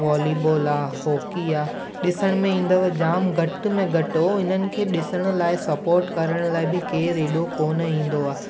volleyball आहे hockey आहे ॾिसण में ईंदव जामु घट में घटि हो इन्हनि खे ॾिसण लाइ सपोर्ट करण लाइ बि केरु अहिड़ो कोन ईंदो आहे